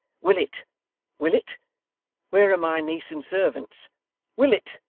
willet willet where are my niece and servants willet